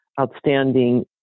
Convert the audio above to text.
outstanding